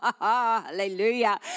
Hallelujah